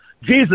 Jesus